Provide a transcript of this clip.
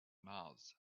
mouths